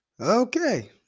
Okay